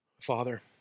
Father